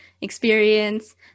experience